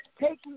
taking